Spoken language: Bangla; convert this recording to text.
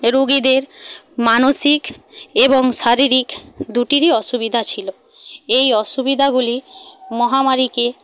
রুগীদের মানসিক এবং শারীরিক দুটিরই অসুবিধা ছিল এই অসুবিধাগুলি মহামারীকে